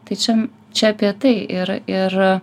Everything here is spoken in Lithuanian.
tai čia čia apie tai ir ir